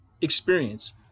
experience